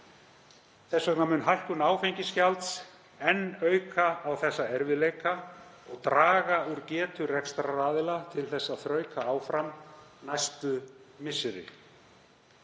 sala áfengis. Hækkun áfengisgjalds mun enn auka á þessa erfiðleika og draga úr getu rekstraraðila til þess að þrauka áfram næstu misseri.